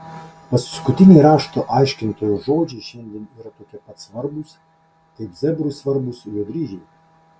paskutiniai rašto aiškintojo žodžiai šiandien yra tokie pat svarbūs kaip zebrui svarbūs jo dryžiai